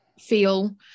feel